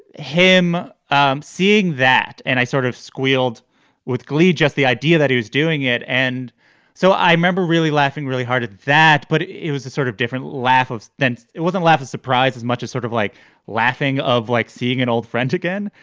him um seeing that. and i sort of squealed with glee, just the idea that he was doing it. and so i remember really laughing really hard at that, but it was a sort of different laugh. then it wasn't laugh a surprise as much as sort of like laughing of like seeing an old friend again,